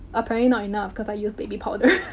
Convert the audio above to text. apparently not enough. cause i used baby powder.